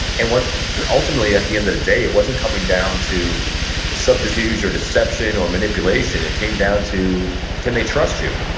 and ultimately at the end of the day, it wasn't coming down to subterfuge, or deception, or manipulation. it came down to can they trust you?